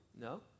No